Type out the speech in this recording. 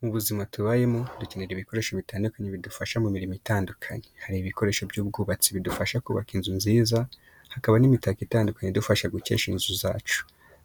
Mu buzima tubayemo, dukenera ibikoresho bitandukanye bidufasha mu mirimo itandukanye. Hari ibikoresho by’ubwubatsi bidufasha kubaka inzu nziza, hakaba n’imitako itandukanye idufasha gukesha inzu zacu.